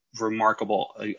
remarkable